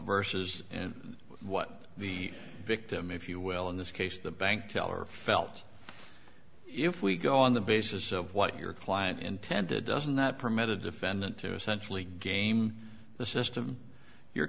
versus what the victim if you will in this case the bank teller felt if we go on the basis of what your client intended doesn't that permit a defendant to essentially game the system your